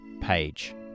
page